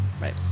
right